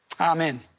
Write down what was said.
Amen